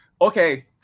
Okay